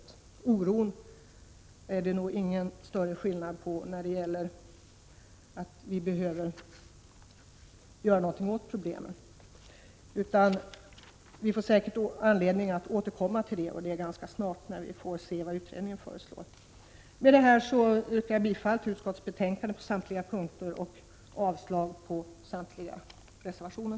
Vi delar oron — något måste göras åt problemen — och vi får säkert anledning att återkomma till detta ganska snart när vi får se vad utredningen föreslår. Med det anförda yrkar jag bifall till hemställan i utskottsbetänkandet på samtliga punkter och avslag på samtliga reservationer.